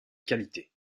qualité